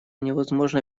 невозможно